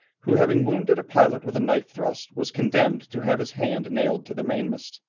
who having wounded a pilot with a knife thrust, was condemned to have his hand nailed to the mainmast.